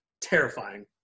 terrifying